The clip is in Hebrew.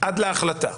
עד להחלטה.